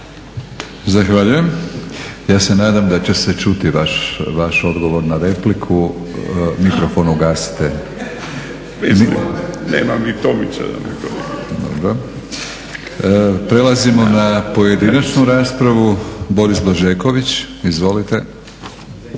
Zahvaljujem. Ja se nadam da će se čuti vaš odgovor na repliku, mikrofon ugasite. Dobro. Prelazimo na pojedinačnu raspravu. Boris Blažeković, izvolite.